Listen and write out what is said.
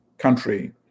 country